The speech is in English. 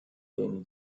din